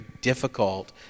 difficult